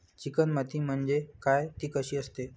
Chicken माती म्हणजे काय? ति कशी असते?